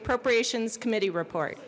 appropriations committee report